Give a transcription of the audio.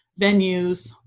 venues